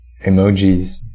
emojis